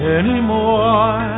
anymore